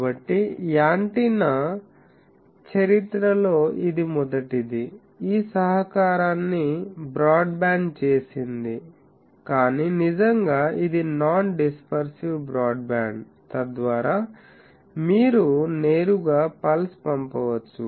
కాబట్టి యాంటెన్నా చరిత్రలో ఇది మొదటిది ఈ సహకారాన్ని బ్రాడ్బ్యాండ్ చేసింది కాని నిజంగా ఇది నాన్ డిస్పర్సివ్ బ్రాడ్బ్యాండ్ తద్వారా మీరు నేరుగా పల్స్ పంపవచ్చు